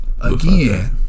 Again